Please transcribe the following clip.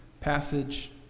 passage